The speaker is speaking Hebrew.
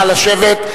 נא לשבת.